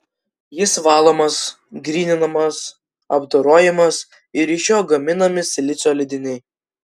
jis valomas gryninamas apdorojamas ir iš jo gaminami silicio lydiniai